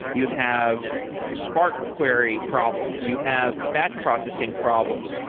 you have spark query problems. you have batch processing problems.